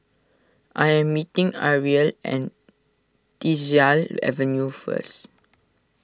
I am meeting Ariel and Tyersall Avenue first